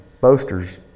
boasters